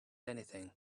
anything